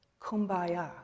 Kumbaya